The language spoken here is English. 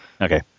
Okay